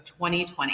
2020